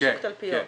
בשוק תלפיות,